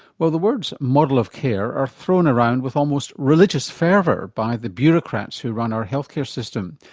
well, the words model of care are thrown around with almost religious fervour by the bureaucrats who run our health care system.